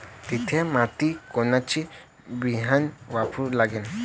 थ्या मातीत कोनचं बियानं वापरा लागन?